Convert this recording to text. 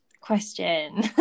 question